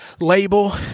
Label